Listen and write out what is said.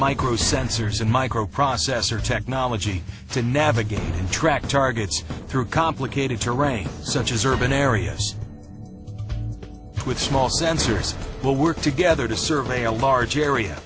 micro sensors and microprocessor technology to navigate and track targets through complicated terrain such as urban areas with small sensors will work together to survey a large area